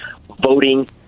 voting